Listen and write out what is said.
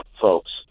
folks